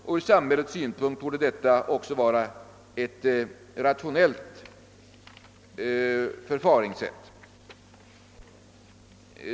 Från samhällets synpunkt torde detta också vara ett rationellt förfaringssätt.